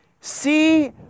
See